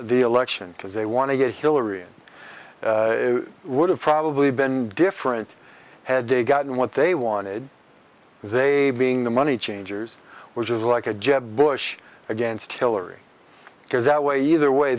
the election because they want to get hillary and would have probably been different had they gotten what they wanted they being the money changers which is like a jeb bush against hillary because that way either way